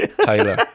Taylor